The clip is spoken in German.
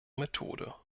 methode